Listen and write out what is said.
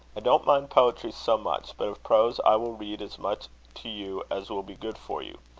don't mind poetry so much but of prose i will read as much to you as will be good for you.